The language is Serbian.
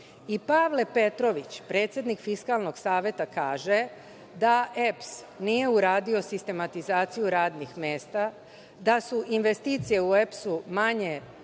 Pavle Petrović, predsednik Fiskalnog saveta kaže da EPS nije uradio sistematizaciju radnih mesta, da su investicije u EPS-u manje